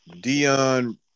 Dion